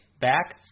back